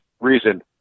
reason